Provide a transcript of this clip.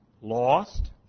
Lost